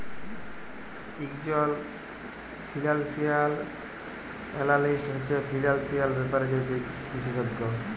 ইকজল financial analyst হছে financial ব্যাপারে যে বিশেষজ্ঞ